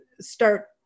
start